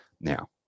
Now